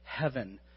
heaven